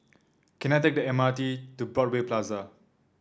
can I take the M R T to Broadway Plaza